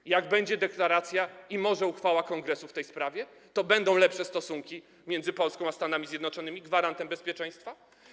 Czy jak będzie deklaracja i może uchwała Kongresu w tej sprawie, to będą lepsze stosunki między Polską a Stanami Zjednoczonymi, gwarantem bezpieczeństwa?